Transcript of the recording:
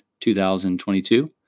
2022